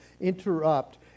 interrupt